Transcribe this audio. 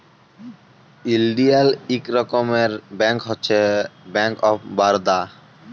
ইলডিয়াল ইক রকমের ব্যাংক হছে ব্যাংক অফ বারদা